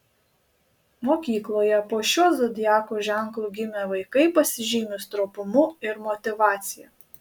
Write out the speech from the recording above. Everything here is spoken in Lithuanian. mokykloje po šiuo zodiako ženklu gimę vaikai pasižymi stropumu ir motyvacija